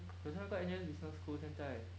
可是那个 N_U_S business school 现在